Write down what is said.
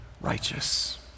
righteous